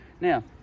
now